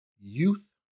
youth